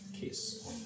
Kiss